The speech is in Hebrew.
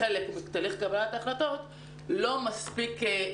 ושיפסיקו ללמד כדי שלא נתחיל לעשות חישובים שהתוצאה שלהם תהיה בסוף אפס,